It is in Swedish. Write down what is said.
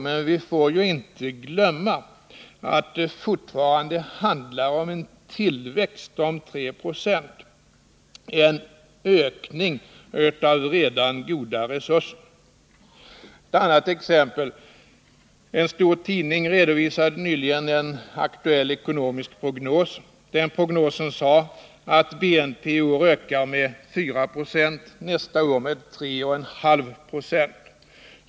Men vi får inte glömma att det fortfarande handlar om en tillväxt på 3 90, alltså en ökning av redan befintliga resurser. Ett annat exempel: En stor tidning redovisade nyligen en aktuell ekonomisk prognos. Den prognosen angav att BNP i år ökar med 4 96 och nästa år med 3,5 20.